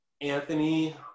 anthony